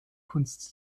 kunst